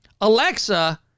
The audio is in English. Alexa